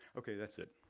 okay, that's it.